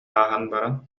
ааһан